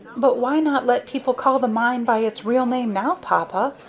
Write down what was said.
but why not let people call the mine by its real name now, papa?